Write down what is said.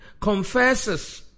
confesses